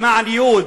למען ייהוד.